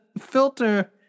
filter